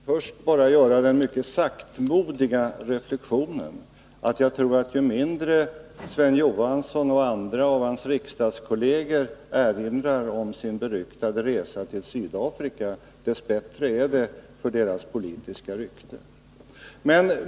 Herr talman! Först vill jag göra den mycket saktmodiga reflexionen att jag tror att ju mindre Sven Johansson och hans riksdagskolleger erinrar om sin beryktade resa till Sydafrika dess bättre är det för deras politiska rykte.